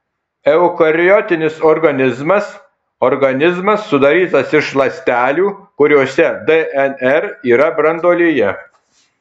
eukariotinis organizmas organizmas sudarytas iš ląstelių kuriose dnr yra branduolyje